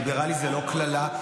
"ליברלי" זה לא קללה,